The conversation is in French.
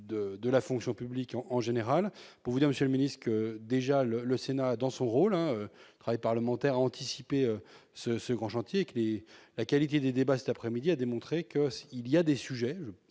de la fonction publique en général, pour vous dire, Monsieur le Ministre, que déjà le le Sénat dans son rôle pour les parlementaires anticipées ce ce grand chantier qui est la qualité des débats cet après-midi à démontrer que, il y a des sujets